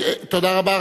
תודה רבה.